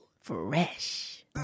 Fresh